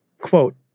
quote